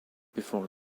before